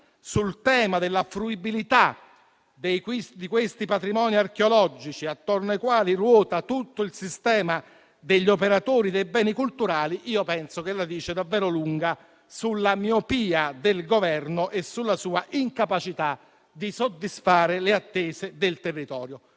sul tema della fruibilità di questi patrimoni archeologici, attorno ai quali ruota tutto il sistema degli operatori dei beni culturali, penso che la dica davvero lunga sulla miopia del Governo e sulla sua incapacità di soddisfare le attese del territorio.